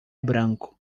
branco